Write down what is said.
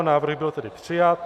Návrh byl tedy přijat.